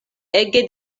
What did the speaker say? ege